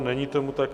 Není tomu tak.